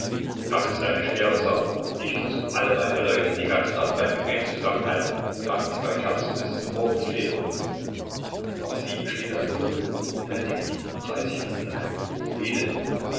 das ist eine schwere sache ich muß alle meine leute die ganze nacht beim gebet zusammenhalten damit sie bei kerzen bis zum morgen flehen aber sie besteht auf ihren willen und händigt ihm dreißig rubel ein betet nur